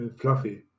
fluffy